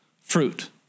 fruit